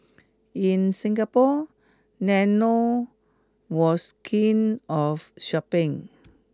in Singapore Lennon was keen of shopping